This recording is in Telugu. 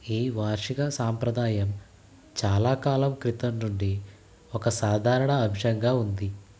ఈ వార్షిక సంప్రదాయం చాలా కాలం క్రితం నుండి ఒక సాధారణ అంశంగా ఉంది